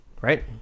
Right